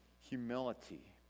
humility